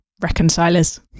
Reconcilers